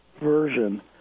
version